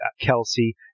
Kelsey